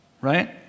right